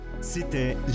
C'était